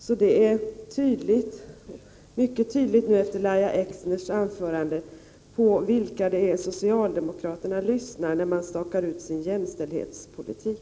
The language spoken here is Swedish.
Efter Lahja Exners anförande står det helt klart vilka det är socialdemokraterna lyssnar på när de stakar ut sin jämställdhetspolitik.